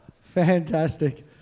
Fantastic